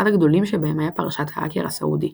אחד הגדולים שבהם היה פרשת ההאקר הסעודי,